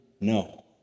no